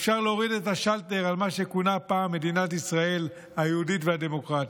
אפשר להוריד את השלטר על מה שכונה פעם מדינת ישראל היהודית והדמוקרטית.